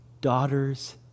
daughters